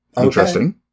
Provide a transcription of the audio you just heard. Interesting